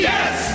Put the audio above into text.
Yes